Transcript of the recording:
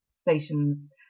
stations